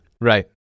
Right